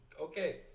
Okay